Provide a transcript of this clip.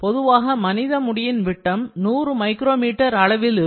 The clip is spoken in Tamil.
பொதுவாக மனித முடியின் விட்டம் 100 மைக்ரோ மீட்டர் அளவில் இருக்கும்